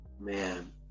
Man